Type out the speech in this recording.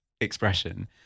expression